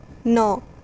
ਨੌ